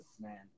man